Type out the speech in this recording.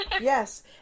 Yes